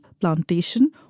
plantation